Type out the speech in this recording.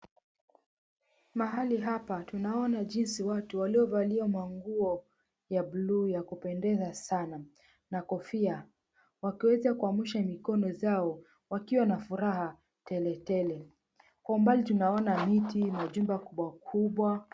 Mahali hapa tunaona jinsi watu walio valia manguo ya blue ya kupendeza sana na kofia. Wakiweza kuamusha mikono zao wakiwa na furaha tele tele. Kwa umbali tunaona miti na majumba kubwa kubwa.